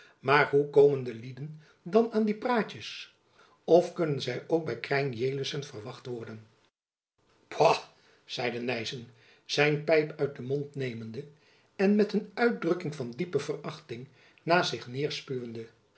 maar hoe komen de lieden dan aan die praatjens of kunnen zy ook by krijn jelissen verwacht worden pha zeide nyssen zijn pijp uit den mond nemende en met een uitdrukking van diepe verachting naast zich